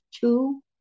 two